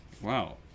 Wow